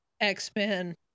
X-Men